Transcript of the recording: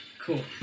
cool